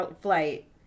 flight